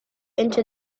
into